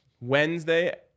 Wednesday